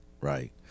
right